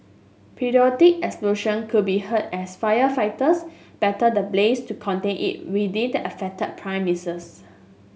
periodic explosion could be heard as firefighters battle the blaze to contain it within the affected premises